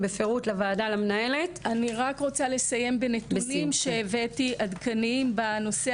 אני רק מבקשת לסיים בנתונים עדכניים שהבאתי בנושא